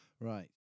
Right